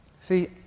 See